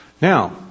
Now